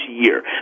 year